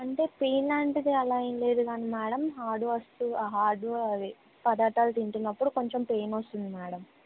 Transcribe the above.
అంటే పెయిన్ లాంటిది అలా ఎంలేదుగాని మ్యాడం హార్డు వస్తువు హార్డు అవి పదార్ధాలు తింటునప్పుడు కొంచెం పెయిన్ వస్తుంది మ్యాడం